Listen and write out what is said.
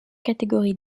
catégorie